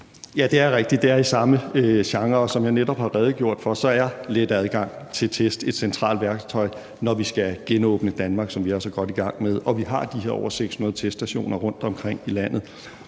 Det er rigtigt, at det er i samme genre, og som jeg netop har redegjort for, er let adgang til test et centralt værktøj, når vi skal genåbne Danmark, hvilket vi også er godt i gang med, og vi har de her over 600 teststationer rundtomkring i landet.